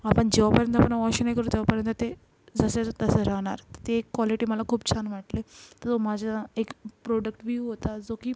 आपण जेवापर्यंत आपण वॉश नाही करू तेव्हापर्यंत ते जसंच्या तसं राहणार ते एक कॉलिटी मला खूप छान वाटली तो माझ्या एक प्रोडक्ट व्यू होता जो की